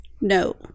No